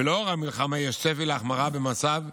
ולנוכח המלחמה יש צפי להחמרה במצב,